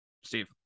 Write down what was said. Steve